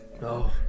No